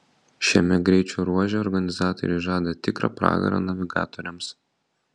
šiame greičio ruože organizatoriai žada tikrą pragarą navigatoriams